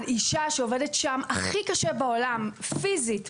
אישה שעובדת שם הכי קשה בעולם פיזית,